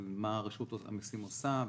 מה רשות המסים עושה בתפיסתה.